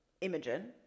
Imogen